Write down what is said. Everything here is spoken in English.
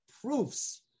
proofs